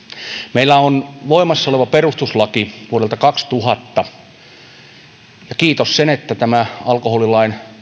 meillä on voimassa oleva perustuslaki vuodelta kaksituhatta ja kiitos sen että tämä alkoholilain